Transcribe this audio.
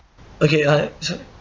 okay uh sorry